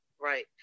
right